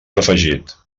afegit